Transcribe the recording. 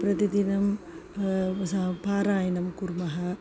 प्रतिदिनं सा पारायणं कुर्मः